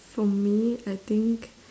for me I think